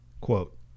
Quote